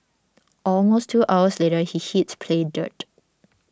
almost two hours later he hits play dirt